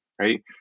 Right